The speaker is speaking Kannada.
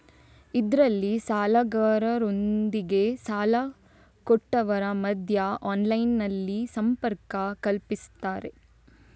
ಇದ್ರಲ್ಲಿ ಸಾಲಗಾರರೊಂದಿಗೆ ಸಾಲ ಕೊಟ್ಟವರ ಮಧ್ಯ ಆನ್ಲೈನಿನಲ್ಲಿ ಸಂಪರ್ಕ ಕಲ್ಪಿಸ್ತಾರೆ